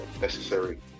Necessary